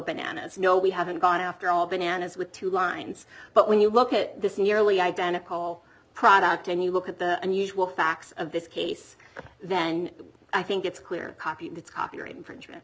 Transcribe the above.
bananas no we haven't gone after all bananas with two lines but when you look at this nearly identical product and you look at the unusual facts of this case then i think it's clear copy that copyright infringement